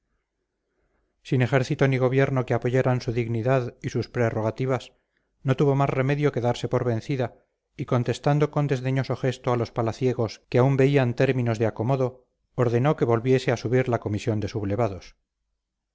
sin ejército ni gobierno que apoyaran su dignidad y sus prerrogativas no tuvo más remedio que darse por vencida y contestando con desdeñoso gesto a los palaciegos que aún veían términos de acomodo ordenó que volviese a subir la comisión de sublevados